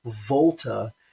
Volta